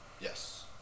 Yes